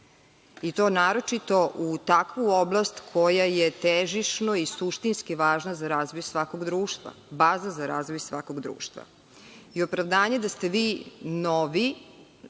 i to naročito u takvu oblast koja je težišno i suštinski važna za razvoj svakog društva, baza za razvoj svakog društva. Opravdanje da ste vi novi,